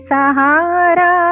Sahara